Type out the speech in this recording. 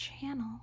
channel